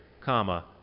comma